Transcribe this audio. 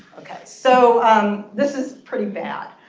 ok. so this is pretty bad.